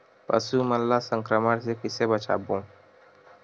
पशु मन ला संक्रमण से कइसे बचाबो?